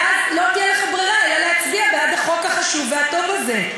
ואז לא תהיה לך ברירה אלא להצביע בעד החוק החשוב והטוב הזה.